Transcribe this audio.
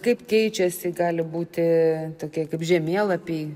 kaip keičiasi gali būti tokie kaip žemėlapiai